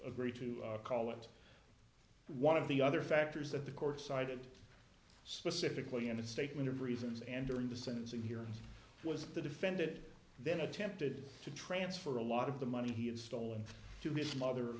agree to call it one of the other factors that the courts cited specifically in the statement of reasons and during the sentencing hearing was the defended then attempted to transfer a lot of the money he had stolen to ms mother